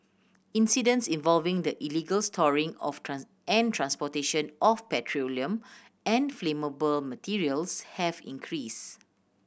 incidents involving the illegal storing of and transportation of petroleum and flammable materials have increased